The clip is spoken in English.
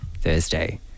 Thursday